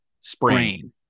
Sprain